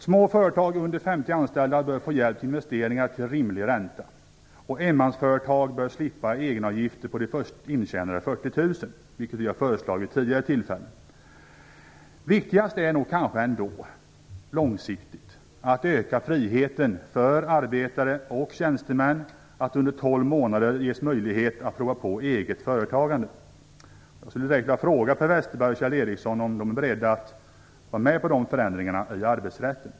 Små företag med under 50 anställda bör få hjälp till investeringar till rimlig ränta, och enmansföretag bör slippa egenavgifter på sina först intjänade 40 000 kr, vilket vi har föreslagit vid tidigare tillfällen. Viktigast är nog ändå långsiktigt att öka friheten för arbetare och tjänstemän att under tolv månader ges möjlighet att prova på eget företagande. Jag skulle direkt vilja fråga Per Westerberg och Kjell Ericsson om de är beredda att vara med på dessa förändringar i arbetsrätten.